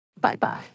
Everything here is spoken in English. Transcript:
Bye-bye